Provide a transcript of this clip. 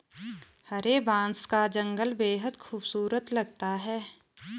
हरे बांस का जंगल बेहद खूबसूरत लगता है